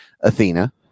Athena